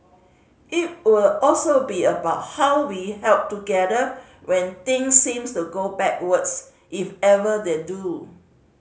it will also be about how we held together when things seemed to go backwards if ever they do